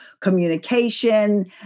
communication